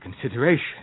consideration